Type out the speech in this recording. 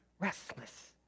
Restless